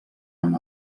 amb